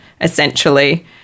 essentially